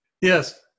Yes